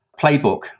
playbook